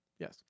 Yes